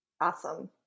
awesome